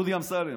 דודי אמסלם,